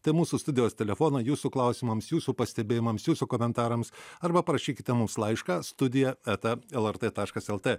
tai mūsų studijos telefonai jūsų klausimams jūsų pastebėjimams jūsų komentarams arba parašykite mums laišką studija eta el er tė taškas el tė